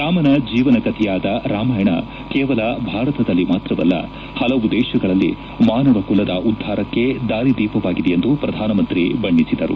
ರಾಮನ ಜೀವನ ಕಥೆಯಾದ ರಾಮಾಯಣ ಕೇವಲ ಭಾರತದಲ್ಲಿ ಮಾತ್ರವಲ್ಲ ಹಲವು ದೇಶಗಳಲ್ಲಿ ಮಾನವ ಕುಲದ ಉದ್ದಾರಕ್ಕೆ ದಾರಿದೀಪವಾಗಿದೆ ಎಂದು ಪ್ರಧಾನಮಂತ್ರಿ ಬಣ್ಣಿಸಿದರು